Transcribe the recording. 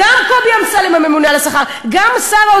הייתה כאן, הנה, סגן השר נכנס,